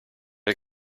det